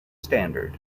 standard